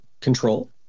control